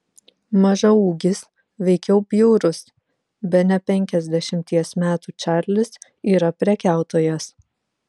mažaūgis veikiau bjaurus bene penkiasdešimties metų čarlis yra prekiautojas